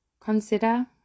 Consider